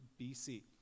BC